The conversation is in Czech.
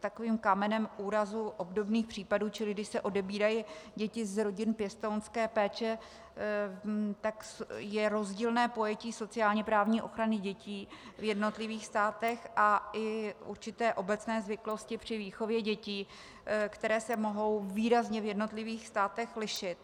takovým kamenem úrazu obdobných případů, čili když se odebírají děti z rodin pěstounské péče, je rozdílné pojetí sociálněprávní ochrany dětí v jednotlivých státech a i určité obecné zvyklosti při výchově dětí, které se mohou výrazně v jednotlivých státech lišit.